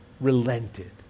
relented